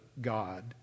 God